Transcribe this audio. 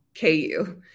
KU